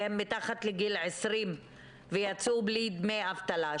והם מתחת לגיל 20 ויצאו בלי דמי אבטלה.